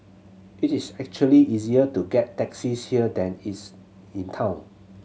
it is actually easier to get taxis here than its in town